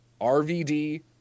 RVD